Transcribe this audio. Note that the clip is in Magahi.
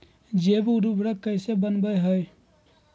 जैव उर्वरक कैसे वनवय हैय?